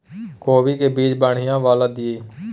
कोबी के बीज बढ़ीया वाला दिय?